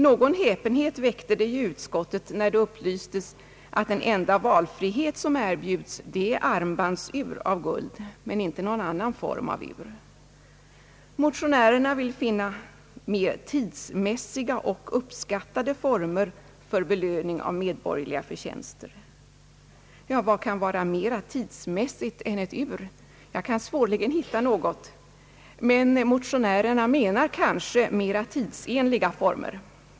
Någon häpenhet väckte det i utskottet när det upplystes att den enda valfrihet som erbjuds är armbandsur av guld, ingen annan form av ur. Motionärerna vill finna mer tidsmässiga och uppskattade former för belöning av medborgerliga förtjänster. Vad kan vara mera tidsmässigt än ett ur? Jag kan svårligen hitta något. Men motionärerna kanske menar mera tidsenliga former.